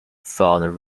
found